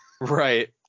Right